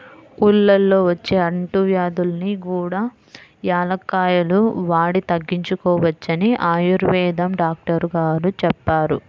ఊళ్ళల్లో వచ్చే అంటువ్యాధుల్ని కూడా యాలుక్కాయాలు వాడి తగ్గించుకోవచ్చని ఆయుర్వేదం డాక్టరు గారు చెప్పారు